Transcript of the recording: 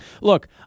Look